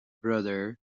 brother